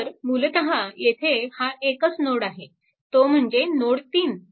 तर मूलतः येथे हा एकच नोड आहे तो म्हणजे नोड 3